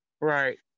Right